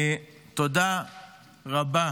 תודה רבה